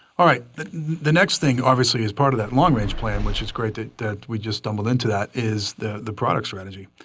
the the next thing, obviously is part of that long range plan, which is great ah that we just stumbled into that, is the the product strategy.